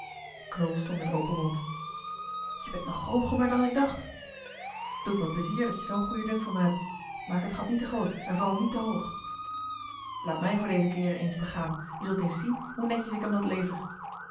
knol stond met open mond je bent nog goochemer dan ik dacht t doet me pleizier dat je zoo'n goeden dunk van me hebt maak het gat niet te groot en vooral niet te hoog laat mij voor dezen keer eens begaan je zult eens zien hoe netjes ik m dat lever